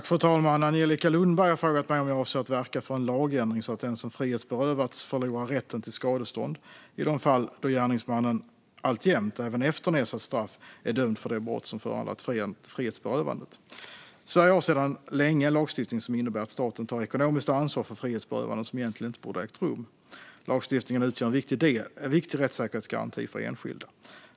Fru talman! har frågat mig om jag avser att verka för en lagändring så att den som frihetsberövats förlorar rätten till skadestånd i de fall då gärningsmannen alltjämt, även efter nedsatt straff, är dömd för det brott som föranlett frihetsberövandet. Sverige har sedan länge en lagstiftning som innebär att staten tar ekonomiskt ansvar för frihetsberövanden som egentligen inte borde ha ägt rum. Lagstiftningen utgör en viktig rättssäkerhetsgaranti för enskilda.